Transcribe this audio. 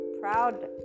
proud